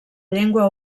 llengua